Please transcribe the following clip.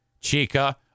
Chica